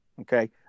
okay